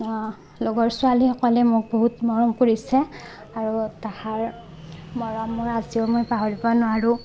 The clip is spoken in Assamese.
লগৰ ছোৱালীসকলে মোক বহুত মৰম কৰিছে আৰু তাহাৰ মৰম মই আজিও মই পাহৰিব নোৱাৰোঁ